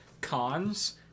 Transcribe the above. cons